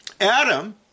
Adam